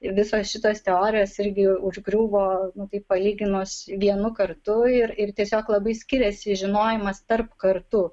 visos šitos teorijos irgi užgriuvo nu tai palyginus vienu kartu ir ir tiesiog labai skiriasi žinojimas tarp kartų